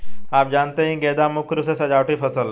आप जानते ही है गेंदा मुख्य रूप से सजावटी फसल है